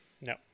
No